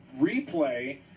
replay